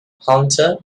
hunter